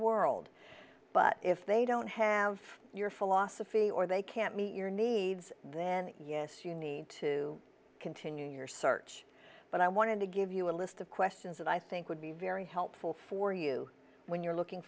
world but if they don't have your philosophy or they can't meet your needs then yes you need to continue your search but i wanted to give you a list of questions that i think would be very helpful for you when you're looking